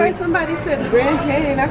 and somebody say grand canyon,